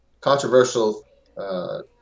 controversial